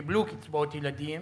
שקיבלו קצבאות ילדים,